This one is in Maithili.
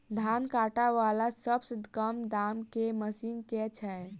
धान काटा वला सबसँ कम दाम केँ मशीन केँ छैय?